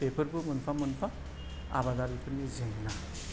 बेफोरबो मोनफा मोनफा आबादारिफोरनि जेंना